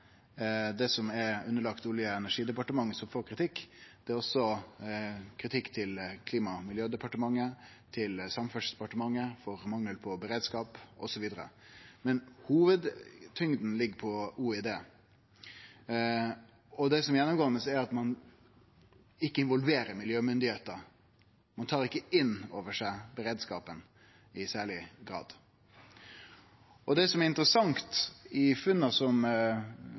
det ikkje berre er det som er underlagt Olje- og energidepartementet, som får kritikk. Det er også kritikk til Klima- og miljødepartementet og Samferdselsdepartementet for mangel på beredskap osv. Men hovudtyngda ligg på Olje- og energidepartementet. Det som er gjennomgåande, er at ein ikkje involverer miljøstyresmaktene, ein tar ikkje innover seg beredskapen i særleg grad. Det som er interessant i funna